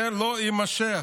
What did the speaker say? זה לא יימשך.